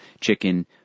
chicken